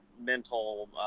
Mental